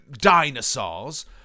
dinosaurs